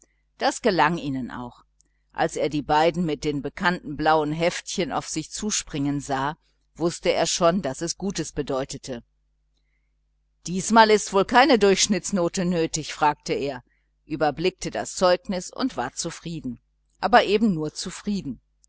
das gelang ihnen auch als er die jungen mit den bekannten blauen heftchen auf sich zuspringen sah wußte er schon daß es gutes bedeute diesmal ist wohl keine durchschnittsnote nötig fragte er und überblickte das zeugnis und war zufrieden aber eben nur zufrieden